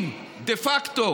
אם דה פקטו